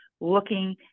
looking